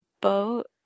boat